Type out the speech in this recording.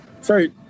sorry